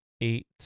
eight